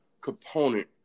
component